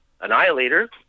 Annihilator